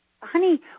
honey